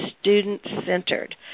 student-centered